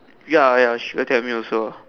ya ya she will tell me also